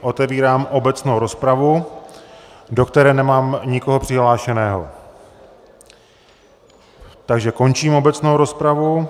Otevírám obecnou rozpravu, do které nemám nikoho přihlášeného, takže končím obecnou rozpravu.